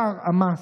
שר המס.